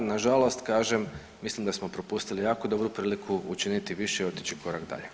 Na žalost kažem mislim da smo propustili jako dobru priliku učiniti više i otići korak dalje.